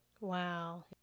Wow